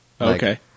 Okay